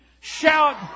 Shout